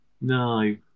no